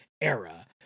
era